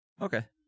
okay